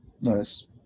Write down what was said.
Nice